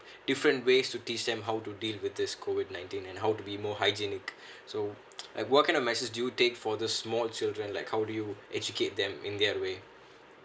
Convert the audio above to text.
different ways to teach them how to deal with this COVID nineteen and how to be more hygienic so like what kind of message do you take for the small children like how do you educate them in their way